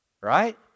Right